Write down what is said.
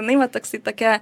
jinai vat toksai tokia